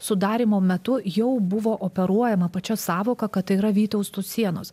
sudarymo metu jau buvo operuojama pačia sąvoka kad tai yra vytauto sienos